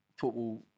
football